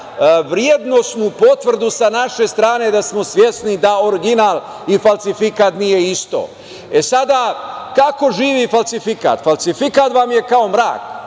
vrednosnu potvrdu sa naše strane da smo svesni da original i falsifikat nije isto. Sada, kako živi falsifikat? Falsifikat vam je kao mrak.